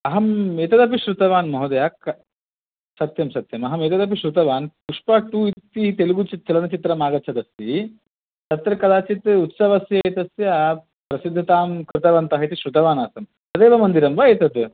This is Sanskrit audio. अहम् एतदपि श्रुतवान् महोदय क सत्यं सत्यम् अहम् एतदपि श्रुतवान् पुष्पा टु तेलुगु चित्रं चलनचित्रम् आगच्छन् अस्ति तत्र कदाचित् उत्सवस्य एतस्य प्रसिद्धतां कृतवन्तः इति श्रुतवान् आसम् तदेव मन्दिरं वा एतत्